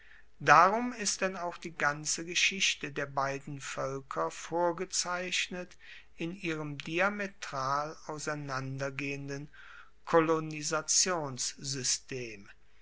darum ist denn auch die ganze geschichte der beiden voelker vorgezeichnet in ihrem diametral